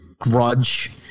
grudge